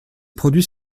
produits